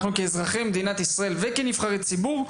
כאזרחים במדינת ישראל וכנבחרי ציבור,